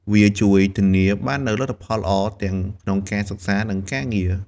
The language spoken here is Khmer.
វាជួយធានាបាននូវលទ្ធផលល្អទាំងក្នុងការសិក្សា និងការងារ។